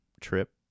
Trip